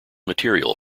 material